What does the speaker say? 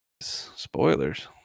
spoilers